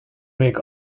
make